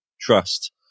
trust